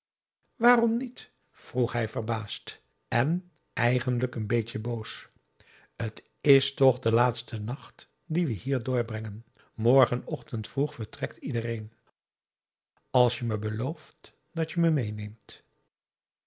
waarom niet vroeg hij verbaasd en eigenlijk n beetje boos het is toch de laatste nacht dien we hier doorbrengen morgenochtend vroeg vertrekt iedereen als je me belooft dat je me meêneemt